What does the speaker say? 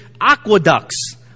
aqueducts